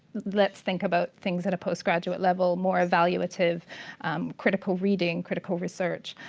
let's think about things at post-graduate level, more evaluative critical reading, critical research.